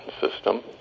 system